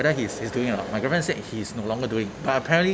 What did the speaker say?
whether he's he's doing or not my girlfriend says he's no longer doing but apparently